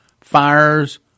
fires